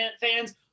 fans